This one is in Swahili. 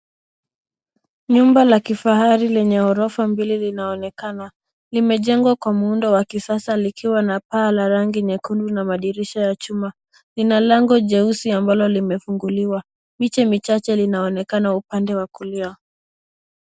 Nyumba la kifahari lenye ghorofa mbili linaonekana. Imejengwa kwa muundo wa kisasa likiwa na paa la rangi nyekundu na madirisha ya chuma. Lina lango jeusi ambalo limefunguliwa. Miche michache linaonekana upande wa kulia.